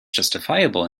justifiable